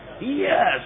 Yes